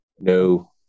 No